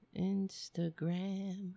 instagram